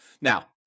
Now